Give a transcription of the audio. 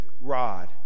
rod